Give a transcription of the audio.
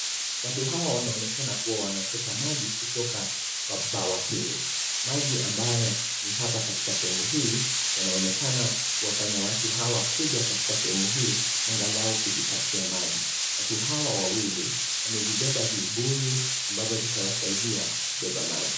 Watu hawa wanaonekana kuwa wanachota maji kutoka kwa bawa hili. Maji ambayo ni hapa katika semuhi hii yanaonekana kuwafanya watu hawa kuja katika sehemu angalau kujipatia maji. Watu hawa wawili wamevibeba vibuyu ambavo vitawasaidia kubeba maji.